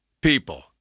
people